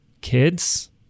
kids